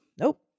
Nope